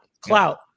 clout